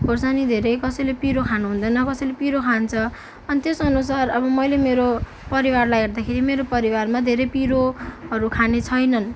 खुर्सानी धेरै कसैले पिरो खानु हुँदैन कसैले पिरो खान्छ अनि त्यस अनुसार मैले मेरो परिवारलाई हेर्दाखेरि मेरो परिवारमा धेरै पिरोहरू खाने छैनन्